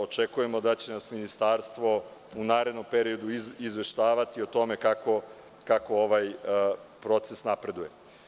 Očekujemo da će nas ministarstvo u narednom periodu izveštavati o tome kako ovaj proces napreduje.